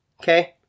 Okay